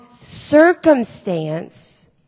circumstance